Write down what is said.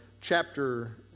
chapter